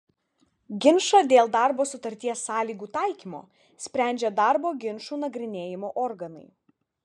ginčą dėl darbo sutarties sąlygų taikymo sprendžia darbo ginčų nagrinėjimo organai